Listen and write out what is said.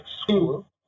school